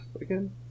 again